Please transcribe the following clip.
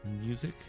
music